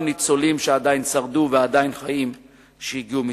ניצולים ששרדו ועדיין חיים שהגיעו מצפון-אפריקה.